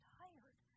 tired